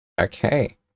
Okay